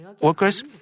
workers